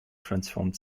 transformed